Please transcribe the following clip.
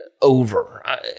Over